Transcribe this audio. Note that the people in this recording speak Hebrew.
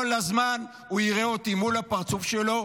כל הזמן הוא יראה אותי מול הפרצוף שלו,